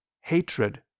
hatred